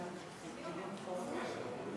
48)